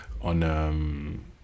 on